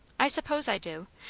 i suppose i do.